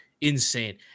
insane